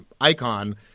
icon –